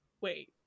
wait